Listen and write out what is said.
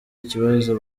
ikibazo